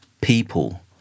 people